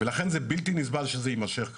ולכן זה בלתי נסבל שזה יימשך ככה.